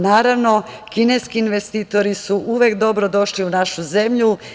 Naravno, kineski investitori su uvek dobrodošli u našu zemlju.